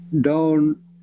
down